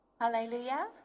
Hallelujah